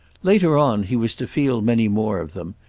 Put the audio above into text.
later on he was to feel many more of them,